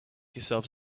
yourselves